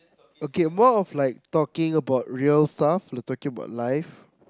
okay more of like talking about real stuff talking about life